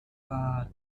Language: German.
war